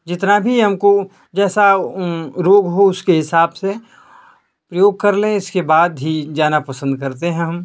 जितना भी हमको जैसा रूप हो उसके हिसाब से उपयोग कर लें उसके बाद ही जाना पसंद करते हैं हम